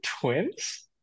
twins